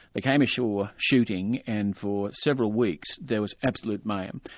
they came ashore, shooting and for several weeks there was absolute mayhem.